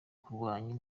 kurwanya